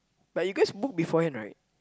but you guys book beforehand right